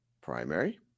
primary